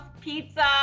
pizza